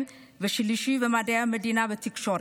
ותואר שלישי במדעי המדינה ותקשורת,